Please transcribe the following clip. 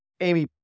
Amy